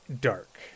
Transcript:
dark